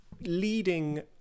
leading